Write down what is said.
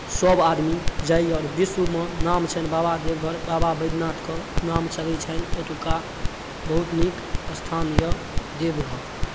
सब आदमी जाइए आओर विश्वमे नाम छनि बाबा देवघर बाबा वैद्यनाथके नाम चलै छनि ओतौका बहुत नीक अस्थान अइ देवघर